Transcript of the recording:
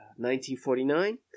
1949